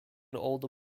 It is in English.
older